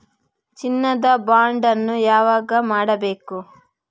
ಚಿನ್ನ ದ ಬಾಂಡ್ ಅನ್ನು ಯಾವಾಗ ಮಾಡಬೇಕು?